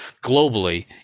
globally